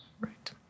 right